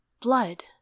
Blood